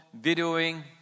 videoing